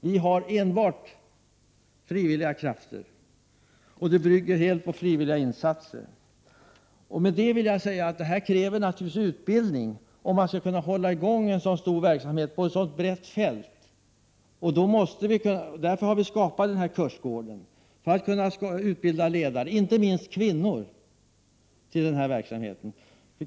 Vi har enbart frivilliga krafter, och loppet bygger helt på frivilliga insatser. Detta kräver naturligtvis utbildning, om man skall kunna hålla i gång en så stor verksamhet på ett så brett fält. Vi har skapat kursgården för att kunna utbilda ledare, inte minst kvinnor, till denna verksamhet.